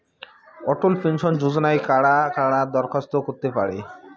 অটল pension যোজনায় কারা কারা দরখাস্ত করতে পারে?